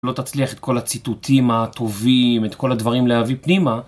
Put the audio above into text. לא תצליח את כל הציטוטים הטובים את כל הדברים להביא פנימה.